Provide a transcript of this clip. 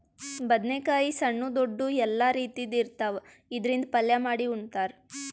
ಬದ್ನೇಕಾಯಿ ಸಣ್ಣು ದೊಡ್ದು ಎಲ್ಲಾ ರೀತಿ ಇರ್ತಾವ್, ಇದ್ರಿಂದ್ ಪಲ್ಯ ಮಾಡಿ ಉಣ್ತಾರ್